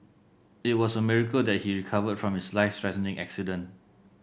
it was a miracle that he recovered from his life threatening accident